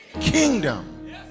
Kingdom